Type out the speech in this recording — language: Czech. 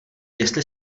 jestli